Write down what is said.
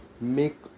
make